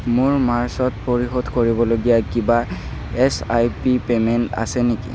মোৰ মাৰ্চত পৰিশোধ কৰিবলগীয়া কিবা এছ আই পি পে'মেণ্ট আছে নেকি